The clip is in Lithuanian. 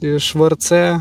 iš v er c